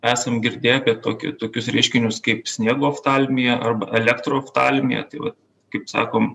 esam girdėję apie tokį tokius reiškinius kaip sniego oftalmija arba elektro oftalmija tai va kaip sakom